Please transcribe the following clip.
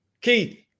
Keith